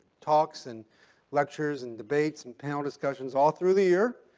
talks and lectures and debates and panel discussions all through the year,